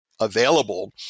available